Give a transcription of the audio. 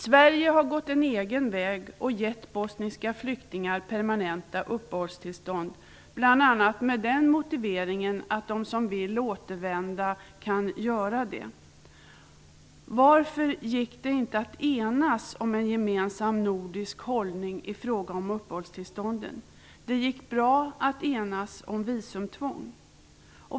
Sverige har gått en egen väg och gett bosniska flyktingar permanenta uppehållstillstånd, bl.a. med motiveringen att de som vill återvända kan göra det. Varför gick det inte att enas om en gemensam nordisk hållning i fråga om uppehållstillstånden? Det gick bra att enas om visumtvång.